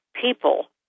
people